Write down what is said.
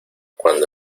cuando